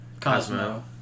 Cosmo